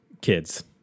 kids